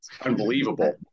unbelievable